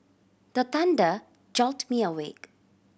the thunder jolt me awake